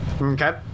Okay